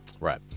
Right